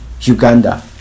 Uganda